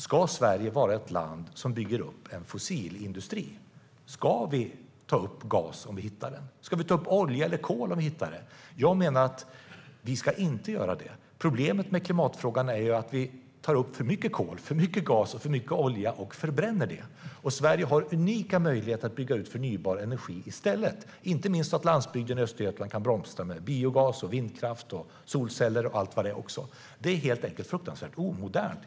Ska Sverige vara ett land som bygger upp en fossilindustri? Ska vi ta upp gas om vi hittar den? Ska vi ta upp olja eller kol om vi hittar det? Jag menar att vi inte ska göra det. Problemet med klimatfrågan är att vi tar upp för mycket kol, gas och olja och förbränner det. Sverige har unika möjligheter att bygga ut förnybar energi i stället. Inte minst kan landsbygden i Östergötland blomstra med biogas, vindkraft, solceller och allt vad det kan vara.